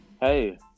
hey